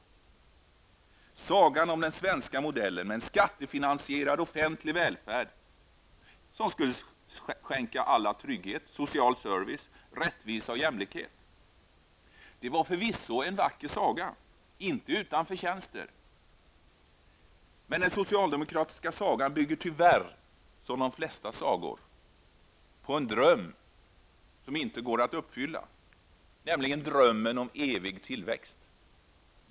Det är slutet på sagan om den svenska modellen med en skattefinansierad offentlig välfärd, som skulle skänka alla trygghet, social service, rättvisa och jämlikhet. Det var förvisso en vacker saga, inte utan förtjänster. Men den socialdemokratiska sagan bygger tyvärr -- som de flesta sagor -- på en dröm som inte går att uppfylla: drömmen om en evig tillväxt.